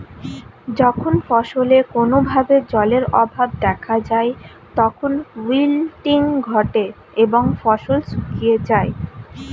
যখন ফসলে কোনো ভাবে জলের অভাব দেখা যায় তখন উইল্টিং ঘটে এবং ফসল শুকিয়ে যায়